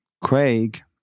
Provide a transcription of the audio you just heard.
Craig